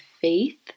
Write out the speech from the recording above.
faith